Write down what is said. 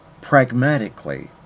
pragmatically